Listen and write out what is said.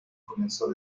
comenzó